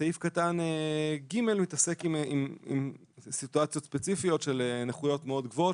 סעיף קטן (ג) עוסק בסיטואציות ספציפיות של נכויות מאוד גבוהות